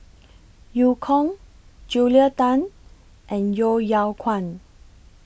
EU Kong Julia Tan and Yeo Yeow Kwang